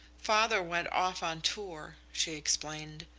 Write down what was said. father went off on tour, she explained.